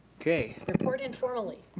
report informally.